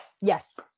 yes